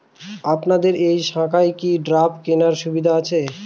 আপনাদের এই শাখায় কি ড্রাফট কেনার সুবিধা আছে?